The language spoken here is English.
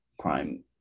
crime